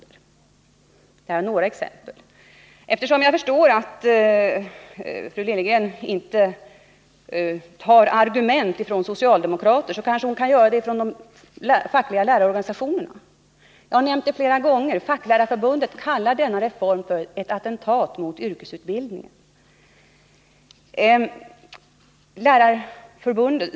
Detta var några exempel. Jag förstår att fru Liljegren inte tar argument från socialdemokrater, men hon kanske kan göra det från de fackliga lärarorganisationerna. Jag har flera gånger nämnt att Facklärarförbundet kallar denna reform för ”ett attentat mot yrkesutbildningen”.